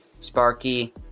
Sparky